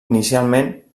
inicialment